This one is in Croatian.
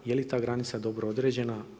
Je li ta granica dobro određena.